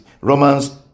Romans